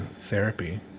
therapy